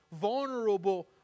vulnerable